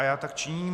Já tak činím.